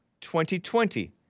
2020